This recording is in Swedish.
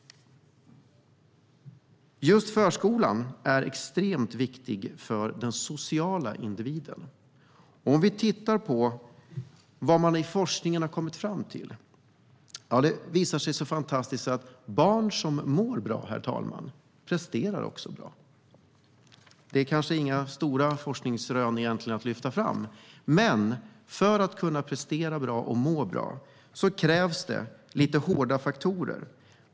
Just förskolan är extremt viktig för den sociala individen. Vi kan titta på vad forskningen har kommit fram till. Det visar sig vara så fantastiskt att barn som mår bra också presterar bra. Det är kanske inga stora forskningsrön att lyfta fram. Men för att barn ska kunna prestera bra och må bra krävs det en del hårda faktorer.